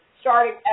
starting